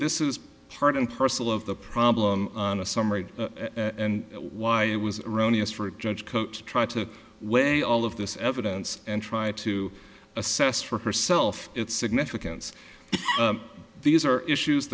this is part and parcel of the problem on a summary and why it was erroneous for a judge coat tried to weigh all of this evidence and try to assess for herself its significance these are issues